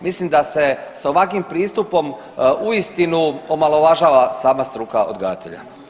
Mislim da se s ovakvim pristupom uistinu omalovažava sama struka odgajatelja.